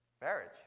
marriage